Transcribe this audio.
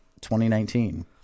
2019